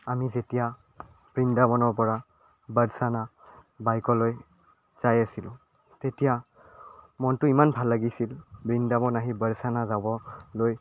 আমি যেতিয়া বৃন্দাবনৰ পৰা বাৰচানা বাইকলৈ যাই আছিলোঁ তেতিয়া মনটো ইমান ভাল লাগিছিল বৃন্দাবন আহি বাৰচানা গাঁৱলৈ